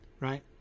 right